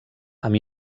amb